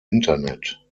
internet